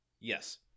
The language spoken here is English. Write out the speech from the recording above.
Yes